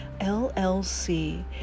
LLC